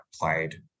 played